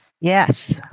Yes